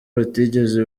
batigeze